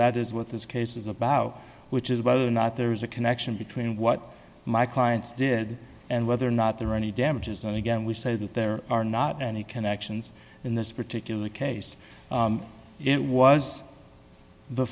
that is what this case is about which is whether or not there is a connection between what my clients did and whether or not there are any damages and again we say that there are not any connections in this particular case it was the